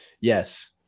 Yes